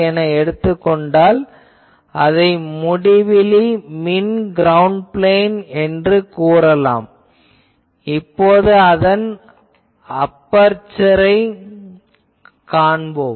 என எடுத்துக் கொண்டால் அதை முடிவிலி மின் க்ரௌண்ட் பிளேன் என்று கூறலாம் மேலும் அதன் அபெர்சரைக் காணலாம்